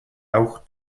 auch